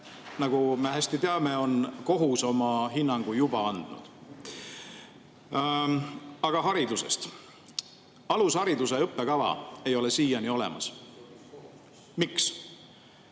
nagu me hästi teame, on kohus oma hinnangu juba andnud. Aga haridusest. Alushariduse õppekava ei ole siiani olemas. Miks?